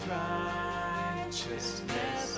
righteousness